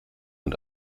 und